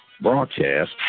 Broadcast